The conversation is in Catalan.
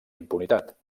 impunitat